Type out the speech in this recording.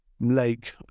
lake